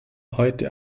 heute